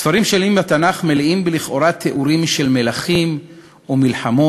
ספרים שלמים בתנ"ך מלאים לכאורה בתיאורים של מלכים ומלחמות,